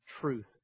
truth